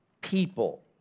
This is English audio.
people